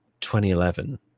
2011